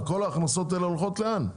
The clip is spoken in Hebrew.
כל ההכנסות האלה הולכות לאן?